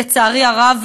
לצערי הרב,